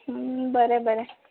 बरें बरें